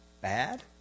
bad